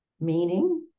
meaning